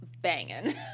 banging